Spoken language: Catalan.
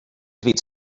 bits